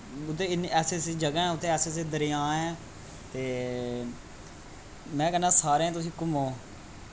ते इन्नी ऐसी ऐसी जगह् ऐ ऐसे ऐसे दरेआ ऐ ते में कैह्ना सारें तुस घूमो